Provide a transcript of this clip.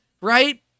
right